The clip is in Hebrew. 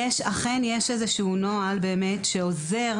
יש נוהל שעוזר